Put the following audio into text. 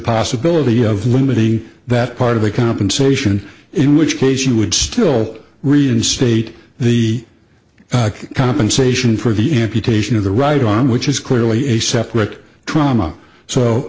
possibility of limiting that part of the compensation in which case you would still reinstate the compensation for the amputation of the right arm which is clearly a separate trauma so